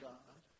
God